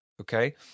Okay